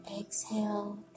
exhale